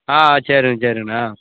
ஆ சரிண்ண சரிண்ணா